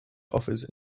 office